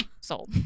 sold